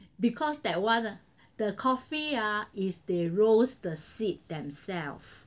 because that one the coffee ah is they roast the seed themself